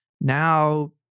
now